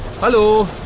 Hallo